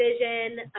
vision